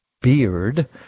Beard